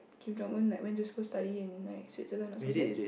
Kim Jong Un like went to school study in like Switzerland or something